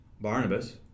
Barnabas